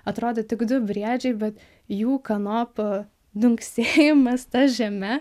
atrodė tik du briedžiai bet jų kanopų dunksėjimas ta žeme